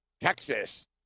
Texas